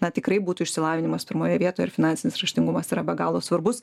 na tikrai būtų išsilavinimas pirmoje vietoje ir finansinis raštingumas yra be galo svarbus